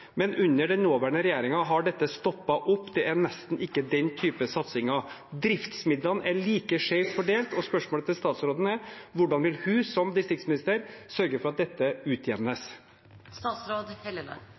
men under den nåværende regjeringen har dette stoppet opp. Det er nesten ikke den type satsinger. Driftsmidlene er like skeivt fordelt, og spørsmålet til statsråden er: Hvordan vil hun som distriktsminister sørge for at dette utjevnes?